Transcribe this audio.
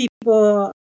people